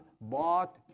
bought